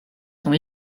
sont